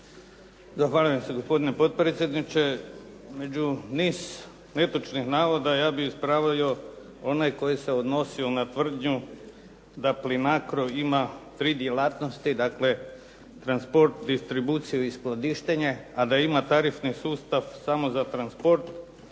Zahvaljujem se gospodine potpredsjedniče. Među niz netočnih navoda, ja bih ispravio onaj koji se odnosio na tvrdnju da Plinacro ima tri djelatnosti, dakle transport, distribuciju i skladištenje, a da ima tarifni sustav samo za transport.